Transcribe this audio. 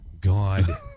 God